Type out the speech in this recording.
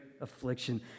affliction